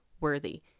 worthy